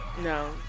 No